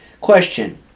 question